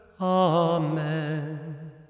Amen